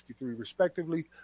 respectively